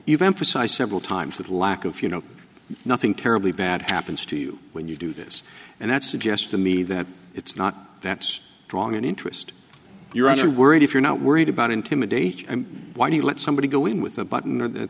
you've emphasized several times that lack of you know nothing terribly bad happens to you when you do this and that suggests to me that it's not that strong an interest you're only worried if you're not worried about intimidate and why do you let somebody go in with a button or that